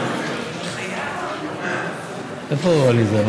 איפה עליזה?